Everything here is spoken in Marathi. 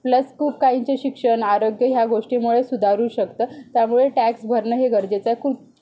प्लस खूप काहींचे शिक्षण आरोग्य ह्या गोष्टीमुळे सुधारू शकतं त्यामुळे टॅक्स भरणं हे गरजेचं कु कु